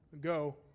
go